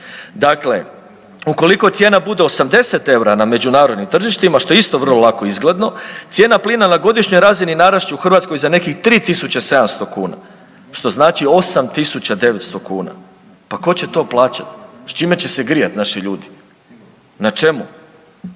Dakle, ukoliko cijena bude 80 eura na međunarodnim tržištima, što je isto vrlo lako izgledno, cijena plina na godišnjoj razini narast će u Hrvatskoj za nekih 3700 kuna, što znači 8900 kuna. Pa tko će to plaćati? S čime će se grijati naši ljudi? Na čemu?